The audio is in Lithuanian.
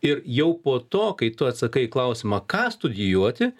ir jau po to kai tu atsakai į klausimą ką studijuoti